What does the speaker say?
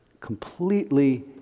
completely